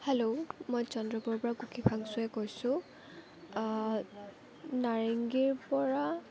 hello মই চন্দ্ৰপুৰৰ পৰা কুকি ফাংচ'য়ে কৈছোঁ নাৰেংগীৰ পৰা